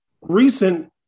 recent